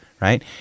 right